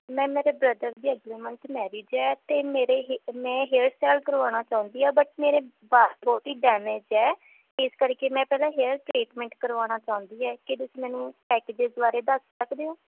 ma'am ਮੇਰੇ ਦੀ ਅਗਲੇ ਮੰਥ ਮੈਰਿਜ ਹੈ ਅਤੇ ਮੇਰੇ ਹ ਮੈਂ ਹੇਅਰ ਸਟਾਈਲ ਕਰਵਾਉਣਾ ਚਾਹੁੰਦੀ ਆ ਬਟ ਮੇਰੇ ਵਾਲ ਬਹੁਤ ਹੀ ਡੈਮੇਜ ਹੈ ਇਸ ਕਰਕੇ ਮੈਂ ਪਹਿਲਾਂ ਹੇਅਰ ਟਰੀਟਮੈਂਟ ਕਰਵਾਉਣਾ ਚਾਹੁੰਦੀ ਹੈ ਕਿ ਤੁਸੀਂ ਮੈਨੂੰ ਬਾਰੇ ਦੱਸ ਸਕਦੇ ਹੋ